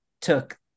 took